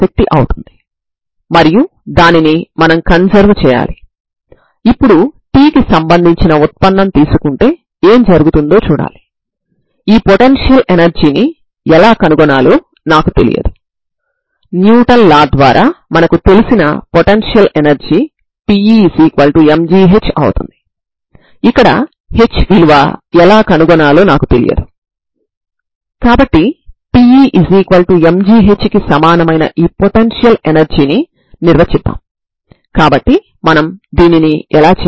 ఇది ప్రారంభ సమాచారం మీద కొన్ని నియమాలకు లోబడి మాత్రమే సాధ్యమవుతుంది అంటే f మరియు g లు పీస్ వైస్ కంటిన్యూస్ కావాలి అప్పుడు నేను వాస్తవానికి ఈ శ్రేణి యూనిఫార్మ్లీ కన్వెర్జెంట్ అని చూపగలను సరేనా